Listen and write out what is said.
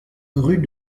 rue